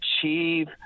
achieve